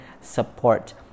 support